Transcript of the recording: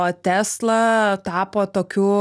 o tesla tapo tokiu